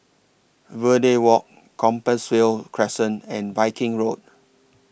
Verde Walk Compassvale Crescent and Viking Road